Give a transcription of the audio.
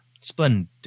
splendid